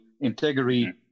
integrity